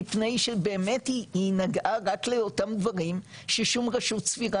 מפני שבאמת היא נגעה רק לאותם דברים ששום רשות סבירה